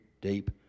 deep